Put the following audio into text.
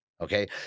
Okay